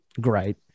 great